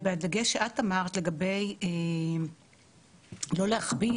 ובדגש שאת אמרת לגבי לא להכביד,